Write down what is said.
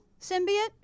symbiote